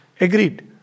agreed